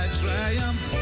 triumph